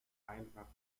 einfach